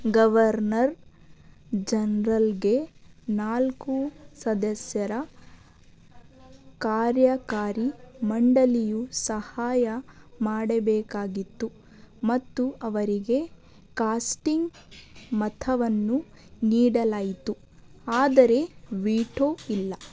governor ಜನ್ರಲ್ಗೆ ನಾಲ್ಕು ಸದಸ್ಯರ ಕಾರ್ಯಕಾರಿ ಮಂಡಲಿಯು ಸಹಾಯ ಮಾಡಬೇಕಾಗಿತ್ತು ಮತ್ತು ಅವರಿಗೆ ಕಾಸ್ಟಿಂಗ್ ಮತವನ್ನು ನೀಡಲಾಯ್ತು ಆದರೆ ವೀಠೊ ಇಲ್ಲ